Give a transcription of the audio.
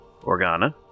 Organa